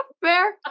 fair